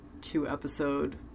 two-episode